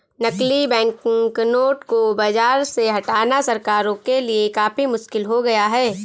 नकली बैंकनोट को बाज़ार से हटाना सरकारों के लिए काफी मुश्किल हो गया है